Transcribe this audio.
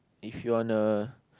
if you wanna